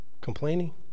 Complaining